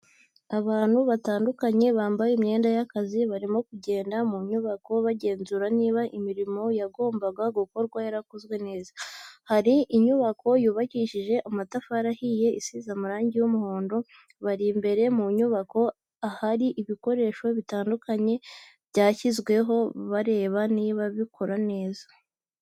Abantu batandukanye bambaye imyenda y'akazi, barimo kugenda mu nyubako bagenzura niba imirimo yagombaga gukorwa yarakozwe neza, hari inyubako yubakishije amatafari ahiye, isize amarangi y'umuhondo, bari imbere mu cyumba ahari ibikoresho bitandukanye byashyizwemo, barareba niba bikora neza.